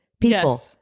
People